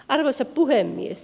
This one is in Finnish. arvoisa puhemies